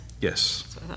yes